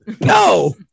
No